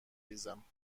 ریزم